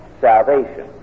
salvation